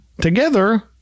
together